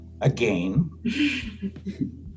Again